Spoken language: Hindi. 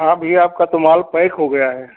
हाँ भैया आपका तो माल पैक हो गया है